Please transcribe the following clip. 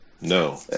No